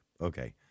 Okay